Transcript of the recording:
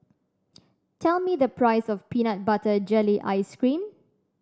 tell me the price of peanut butter jelly ice cream